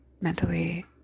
mentally